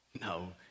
No